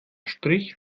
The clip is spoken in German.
strich